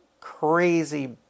crazy